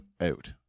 out